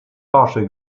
partial